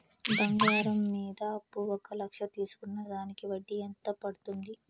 బంగారం మీద అప్పు ఒక లక్ష తీసుకున్న దానికి వడ్డీ ఎంత పడ్తుంది?